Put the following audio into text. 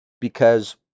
Because-